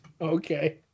Okay